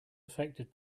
affected